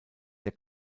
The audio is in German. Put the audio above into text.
der